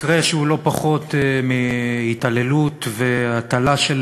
מקרה שהוא לא פחות מהתעללות והטלה של